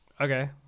Okay